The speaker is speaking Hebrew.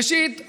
ראשית,